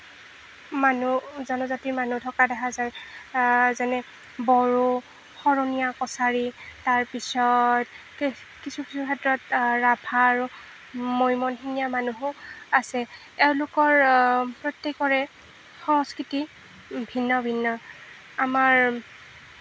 মানুহ জনজাতিৰ মানুহ থকা দেখা যায় যেনে বড়ো শৰণীয়া কছাৰী তাৰপিছত কিছু কিছু ক্ষেত্ৰত ৰাভা আৰু মৈমনসিঙীয়া মানুহো আছে এওঁলোকৰ প্ৰত্যেকৰে সংস্কৃতি ভিন্ন ভিন্ন আমাৰ